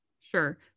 Sure